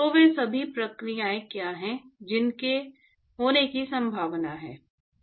तो वे सभी प्रक्रियाएं क्या हैं जिनके होने की संभावना है